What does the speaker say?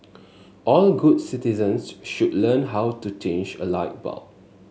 all good citizens should learn how to change a light bulb